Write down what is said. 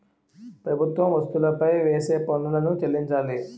ప్రభుత్వం వస్తువులపై వేసే పన్నులను చెల్లించాలి